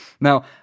Now